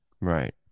right